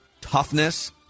toughness